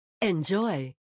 Enjoy